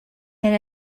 and